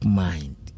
mind